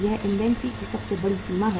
यह इन्वेंट्री की सबसे बड़ी सीमा है